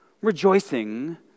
rejoicing